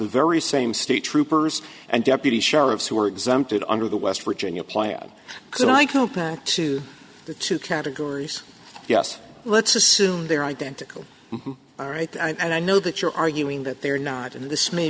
very same state troopers and deputy sheriffs who were exempted under the west virginia plan could i go back to the two categories yes let's assume they're identical all right and i know that you're arguing that they're not in this may